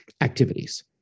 activities